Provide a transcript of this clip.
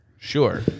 Sure